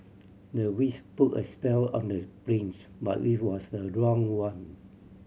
the witch put a spell on the prince but it was the wrong one